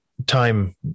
time